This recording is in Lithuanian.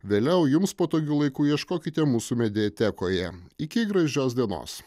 vėliau jums patogiu laiku ieškokite mūsų mediatekoje iki gražios dienos